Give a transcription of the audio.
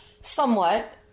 Somewhat